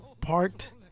parked